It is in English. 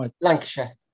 Lancashire